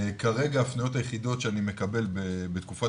כרגע ההפניות היחידות שאני מקבל בתקופת